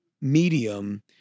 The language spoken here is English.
medium